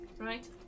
right